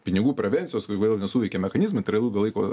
pinigų prevencijos vėl nesuveikė mechanizmai tai yra ilgo laiko